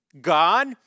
God